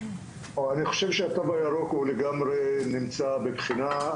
אני חושב שהתו הירוק הוא לגמרי נמצא בבחינה.